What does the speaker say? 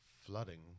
flooding